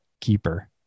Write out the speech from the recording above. keeper